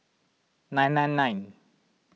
nine nine nine